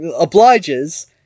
obliges